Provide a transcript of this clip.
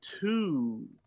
two